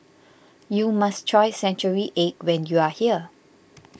you must try Century Egg when you are here